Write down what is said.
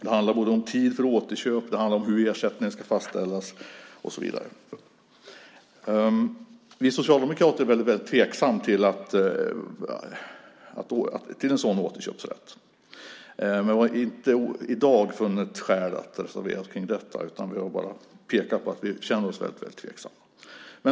Det handlar om tid för återköp, om hur ersättningen ska fastställas och så vidare. Vi socialdemokrater är väldigt tveksamma till en sådan återköpsrätt. Men vi har inte i dag funnit skäl att reservera oss mot detta utan pekar bara på att vi känner oss väldigt tveksamma.